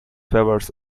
favours